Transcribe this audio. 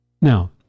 Now